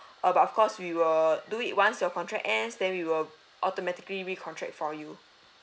uh but of course we will do it once your contract ends then we will automatically recontract for you